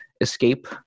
escape